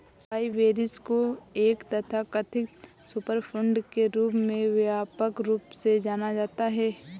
acai berries को एक तथाकथित सुपरफूड के रूप में व्यापक रूप से जाना जाता है